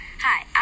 Hi